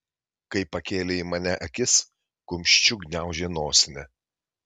kai pakėlė į mane akis kumščiu gniaužė nosinę